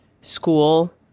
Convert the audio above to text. school